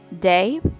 day